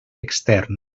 extern